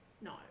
no